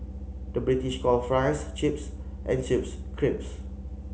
the British calls fries chips and chips